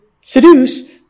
seduce